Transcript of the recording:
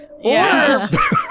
Yes